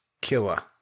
killer